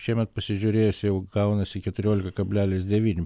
šiemet pasižiūrėjus jau gaunasi keturiolika kablelis devyni